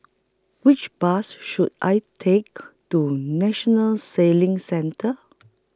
Which Bus should I Take to National Sailing Centre